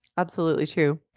absolutely true.